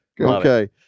Okay